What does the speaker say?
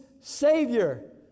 Savior